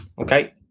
Okay